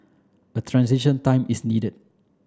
a transition time is needed